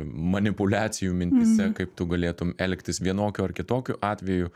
manipuliacijų mintyse kaip tu galėtum elgtis vienokiu ar kitokiu atveju